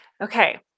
Okay